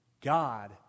God